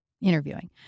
interviewing